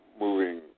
moving